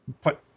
put